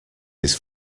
his